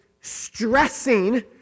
stressing